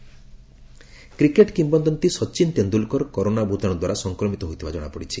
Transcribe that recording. Tendulkar covid cricket କିମ୍ବଦନ୍ତୀ Sachin Tendulkar corona ଭୂତାଣ ଦ୍ୱାରା ସଂକ୍ରମିତ ହୋଇଥିବା ଜଣାପଡ଼ିଛି